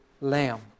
Lamb